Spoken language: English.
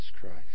Christ